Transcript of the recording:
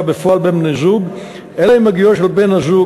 בפועל בין בני-זוג אלא עם הגיעו של בן-הזוג,